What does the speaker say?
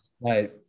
Right